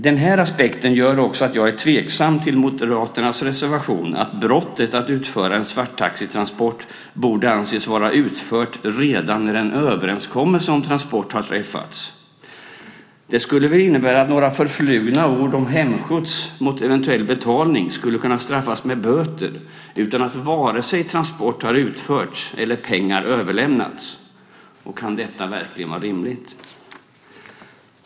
Denna aspekt gör också att jag är tveksam till Moderaternas reservation om att brottet att utföra en svarttaxitransport borde anses vara utfört redan när en överenskommelse om transport har träffats. Det skulle kunna innebära att några förflugna ord om hemskjuts mot eventuell betalning skulle kunna straffas med böter utan vare sig att transport har utförts eller att pengar har överlämnats. Kan det verkligen vara rimligt?